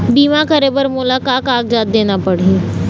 बीमा करे बर मोला का कागजात देना पड़ही?